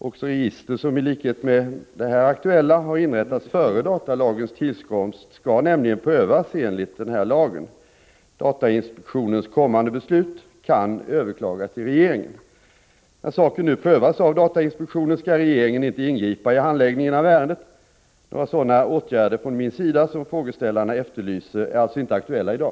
Också register som i likhet med det aktuella har inrättats före datalagens tillkomst skall nämligen prövas enligt denna lag. Datainspektionens kommande beslut kan överklagas till regeringen. När saken nu prövas av datainspektionen skall regeringen inte ingripa i handläggningen av ärendet. Några sådana åtgärder från min sida som frågeställarna efterlyser är alltså inte aktuella i dag.